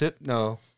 No